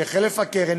שחלף הקרן,